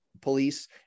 police